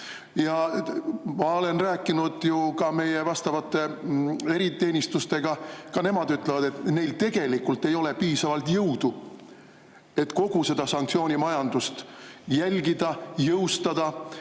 Ma olen rääkinud meie eriteenistustega. Ka nemad ütlevad, et neil ei ole piisavalt jõudu, et kogu seda sanktsioonimajandust jälgida, jõustada